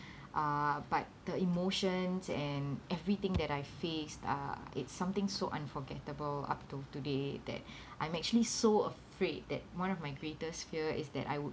uh but the emotions and everything that I faced uh it's something so unforgettable up to today that I'm actually so afraid that one of my greatest fear is that I would